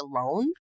alone